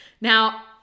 Now